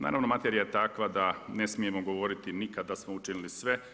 Naravno, materija je takva da ne smijemo govoriti nikad da smo učinili sve.